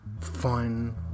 fun